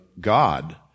God